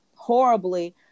horribly